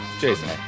Jason